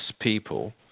people